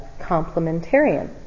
complementarian